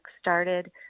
started